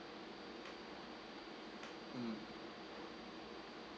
mm